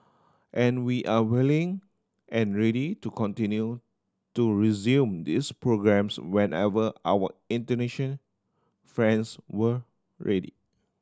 and we are willing and ready to continue to resume this programmes whenever our Indonesian friends were ready